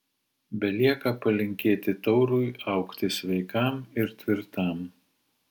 belieka palinkėti taurui augti sveikam ir tvirtam